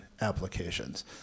applications